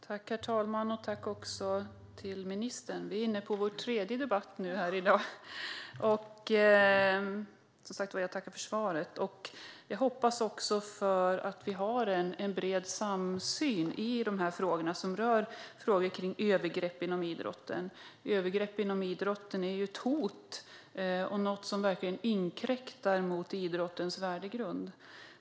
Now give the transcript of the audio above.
Herr talman! Vi är inne på vår tredje debatt i dag, och jag tackar ministern för svaret! Jag hoppas att vi har en bred samsyn i frågorna om övergrepp inom idrotten. Övergrepp inom idrotten är ett hot och något som verkligen inkräktar på idrottens värdegrund.